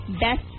best